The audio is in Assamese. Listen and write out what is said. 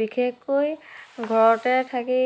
বিশেষকৈ ঘৰতে থাকি